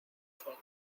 sueño